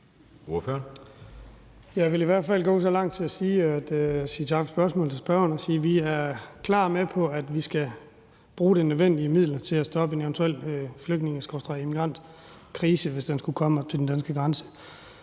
Jeg vil i hvert fald gå så langt som at sige til spørgeren, at vi klart er med på, at vi skal bruge de nødvendige midler til at stoppe en eventuel flygtningekrise skråstreg migrantkrise, hvis de skulle komme op til den danske grænse.